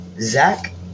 Zach